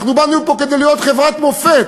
אנחנו באנו לפה כדי להיות חברת מופת,